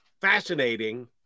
fascinating